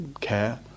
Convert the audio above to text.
care